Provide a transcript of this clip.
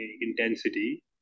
intensity